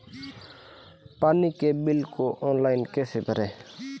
पानी के बिल को ऑनलाइन कैसे भरें?